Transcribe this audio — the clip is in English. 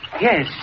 Yes